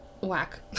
whack